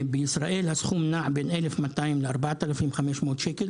בישראל הסכום נע בין 1,200 ל-4,500 שקל,